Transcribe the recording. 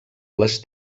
les